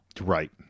right